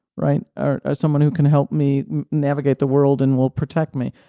right? or someone who can help me navigate the world and will protect me.